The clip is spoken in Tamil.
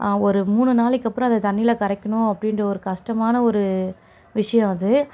ஒரு மூணு நாளைக்கு அப்புறம் அதை தண்ணியில் கரைக்கனும் அப்படின்ற ஒரு கஷ்டமான ஒரு விஷயம் அது